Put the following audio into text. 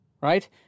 Right